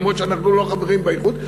אף שאנחנו לא חברים באיחוד,